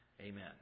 Amen